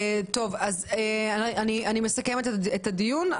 אני מסכמת את הדיון.